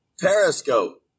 Periscope